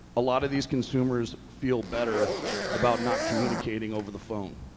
a lot of these consumers feel better about not communicating over the phone.